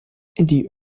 die